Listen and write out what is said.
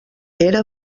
era